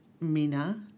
Mina